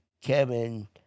Kevin